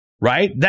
Right